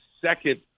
Second